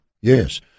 Yes